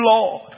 Lord